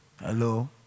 Hello